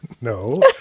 No